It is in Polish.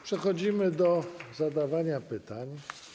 Przechodzimy do zadawania pytań.